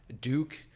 Duke